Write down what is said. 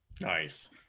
Nice